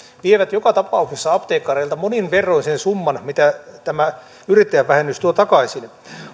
vievät joka tapauksessa apteekkareilta monin verroin sen summan mitä tämä yrittäjävähennys tuo takaisin